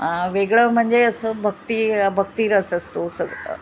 वेगळं म्हणजे असं भक्ती भक्तीलाच असतो सगळं